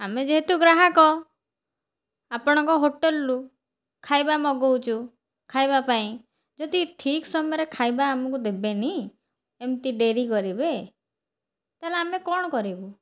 ଆମେ ଯେହେତୁ ଗ୍ରାହକ ଆପଣଙ୍କ ହୋଟେଲ୍ରୁ ଖାଇବା ମଗାଉଛୁ ଖାଇବା ପାଇଁ ଯଦି ଠିକ୍ ସମୟରେ ଖାଇବା ଆମକୁ ଦେବେନି ଏମିତି ଡେରି କରିବେ ତା'ହେଲେ ଆମେ କ'ଣ କରିବୁ